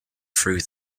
through